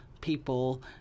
people